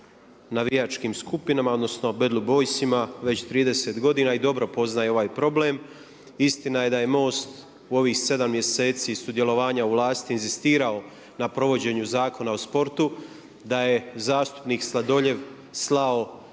navijačkim skupinama, odnosno Bad Blue Boysima već 30 godina i dobro poznaje ovaj problem. Istina je da je MOST u ovih 7 mjeseci sudjelovanja u vlasti inzistirao na provođenju Zakona o sportu. Da je zastupnik Sladoljev slao